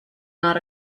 not